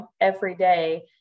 everyday